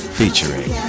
featuring